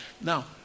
Now